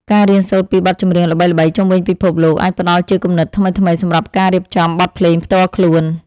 ការរៀនសូត្រពីបទចម្រៀងល្បីៗជុំវិញពិភពលោកអាចផ្ដល់ជាគំនិតថ្មីៗសម្រាប់ការរៀបចំបទភ្លេងផ្ទាល់ខ្លួន។